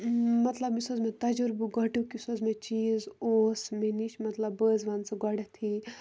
مطلب یُس حظ مےٚ تجُربہٕ گۄڈنیُک یُس حظ مےٚ چیٖز اوس مےٚ نِش مطلب بہٕ حظ وَنہٕ سُہ گۄڈنٮ۪تھٕے